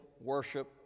worship